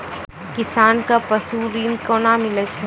किसान कऽ पसु ऋण कोना मिलै छै?